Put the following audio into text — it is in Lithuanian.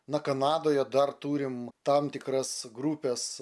na kanadoje dar turim tam tikras grupes